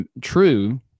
True